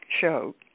show